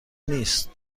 نیست